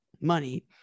Money